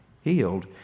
healed